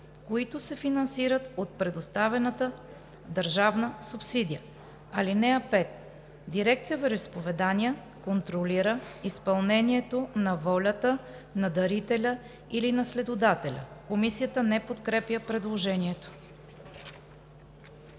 които се финансират от предоставената държавна субсидия. (5) Дирекция „Вероизповедания“ контролира изпълнението на волята на дарителя или наследодателя.“ Комисията не подкрепя предложението.